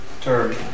term